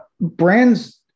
Brands